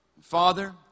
Father